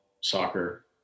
soccer